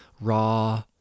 raw